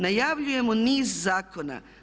Najavljujemo niz zakona.